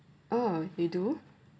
oh they do what